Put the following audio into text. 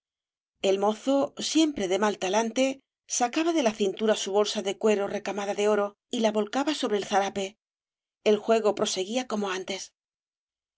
ei mozo siempre de mal talante sacaba de la cintura su bolsa de cuero recamada de oro y la volcaba sobre el zarape el juego proseguía como antes